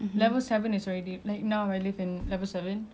it's already too high for me I used to live at level two